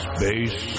Space